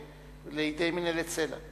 לידי מינהלת סל"ע.